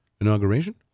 inauguration